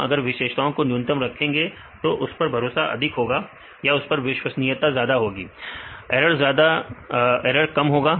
हम अगर विशेषताओं को न्यूनतम रखें तो उस पर भरोसा अधिक होगा ऐरर ज्यादा होगा ऐरर कम होगा